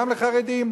גם לחרדים?